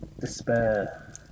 Despair